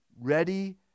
ready